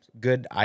good